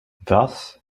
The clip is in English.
thus